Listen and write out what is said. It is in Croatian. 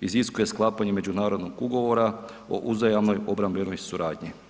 iziskuje sklapanje međunarodnog ugovora o uzajamnoj obrambenoj suradnji.